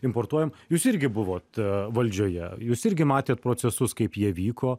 importuojam jūs irgi buvot valdžioje jūs irgi matėt procesus kaip jie vyko